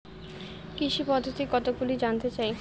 কৃষি পদ্ধতি কতগুলি জানতে চাই?